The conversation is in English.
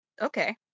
Okay